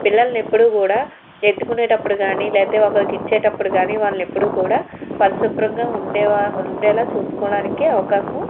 పిల్లల్ని ఎప్పుడూ కూడా ఎత్తుకునేటప్పుడు కానీ లేకపోతే గిచ్చేటప్పుడు కానీ వాళ్ళు ఎప్పుడూ కూడా పరిశుభ్రంగా ఉండే ఉండేలా చూసుకోవడానికి అవకాశం